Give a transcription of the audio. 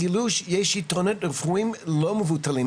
גילו שיש יתרונות רפואיים לא מבוטלים,